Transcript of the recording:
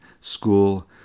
school